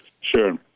Sure